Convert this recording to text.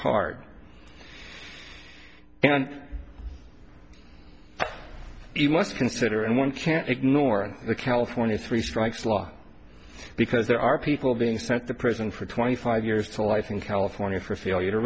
card and you must consider and one can't ignore the california three strikes law because there are people being sent to prison for twenty five years to life in california for failure to